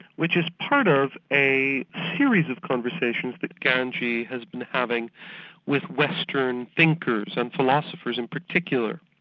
which is part of a series of conversations that ganji has been having with western thinkers, and philosophers in particular.